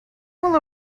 will